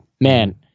man